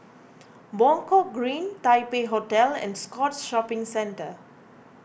Buangkok Green Taipei Hotel and Scotts Shopping Centre